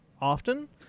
often